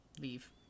leave